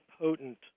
potent